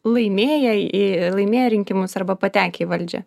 laimėję į laimėję rinkimus arba patekę į valdžią